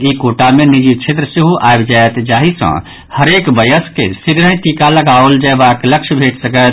ई quota मे निजी क्षेत्र सेहो आबि जायत जाहि सँ हरेक वयस्क के शीघ्रहि टीका लगाओल जयबाक लक्ष्य भेट सकत